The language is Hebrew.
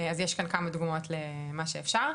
אז יש כאן כמה דוגמאות למה שאפשר.